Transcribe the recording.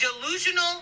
delusional